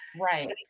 right